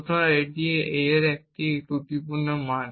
সুতরাং এটি a এর ত্রুটিপূর্ণ মান